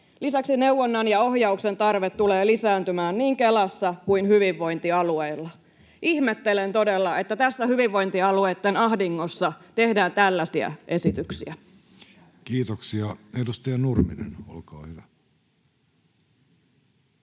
Lisäksi neuvonnan ja ohjauksen tarve tulee lisääntymään niin Kelassa kuin hyvinvointialueilla.” Ihmettelen todella, että tässä hyvinvointialueitten ahdingossa tehdään tällaisia esityksiä. Kiitoksia. — Edustaja Nurminen, olkaa hyvä.